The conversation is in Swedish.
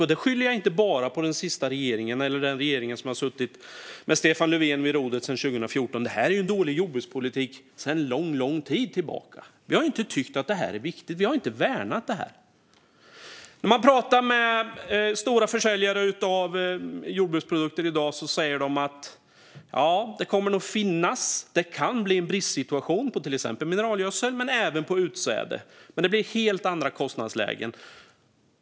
Och då skyller jag inte bara på den senaste regeringen eller den regering som har suttit med Stefan Löfven vid rodret sedan 2014. Detta är en dålig jordbrukspolitik sedan lång tid tillbaka. Vi har inte tyckt att detta är viktigt. Vi har inte värnat detta. När man pratar med stora försäljare av jordbruksprodukter i dag säger de att det kan bli en bristsituation på till exempel mineralgödsel men även på utsäde. Men det kommer att bli helt andra kostnadslägen.